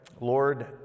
Lord